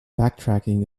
backtracking